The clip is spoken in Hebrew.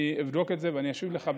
אני אבדוק ואני אשיב לך.